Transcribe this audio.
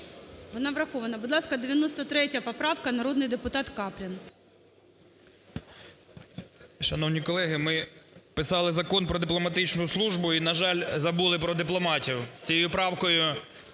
Вона врахована. Будь ласка, 93 поправка народний депутат Каплін. 13:30:20 КАПЛІН С.М. Шановні колеги, ми писали Закон про дипломатичну службу і, на жаль, забули про дипломатію. Цією правкою